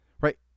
Right